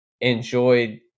enjoyed